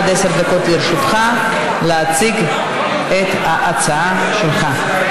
עד עשר דקות לרשותך, להציג את ההצעה שלך.